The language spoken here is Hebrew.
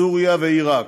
סוריה ועיראק.